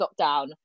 lockdown